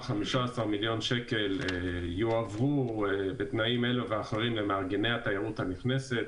מיליון שקל יועברו בתנאים אלה ואחרים למארגני התיירות הנכנסת.